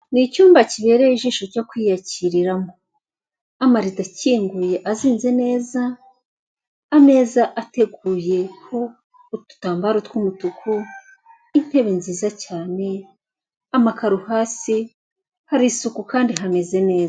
Ni icyumba kibereye ijisho ryo kwiyakiriramo, amarido akinguye azinze neza, ameza ateguyeho udutambaro tw'umutuku, intebe nziza cyane, amakaro hasi, hari isuku kandi hameze neza.